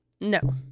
no